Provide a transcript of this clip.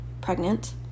pregnant